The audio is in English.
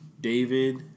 David